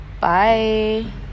Bye